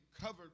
covered